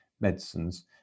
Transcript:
medicines